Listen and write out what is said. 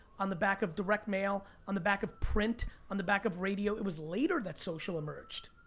on the back of direct mail, on the back of print, on the back of radio. it was later that social emerged.